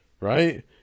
right